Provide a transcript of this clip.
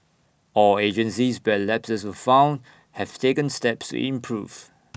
all agencies where lapses were found have taken steps to improve